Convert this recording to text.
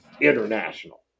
international